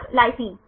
छात्र लाइसिन